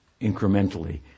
incrementally